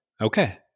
Okay